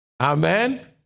Amen